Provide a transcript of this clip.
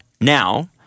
now